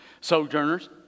Sojourners